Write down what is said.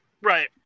right